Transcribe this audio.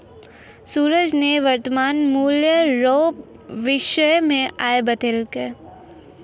सूरज ने वर्तमान मूल्य रो विषय मे आइ बतैलकै